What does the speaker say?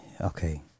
Okay